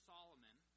Solomon